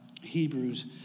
Hebrews